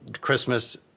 Christmas